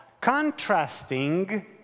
contrasting